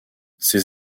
ses